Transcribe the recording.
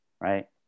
right